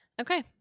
Okay